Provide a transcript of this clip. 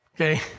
Okay